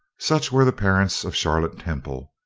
such were the parents of charlotte temple,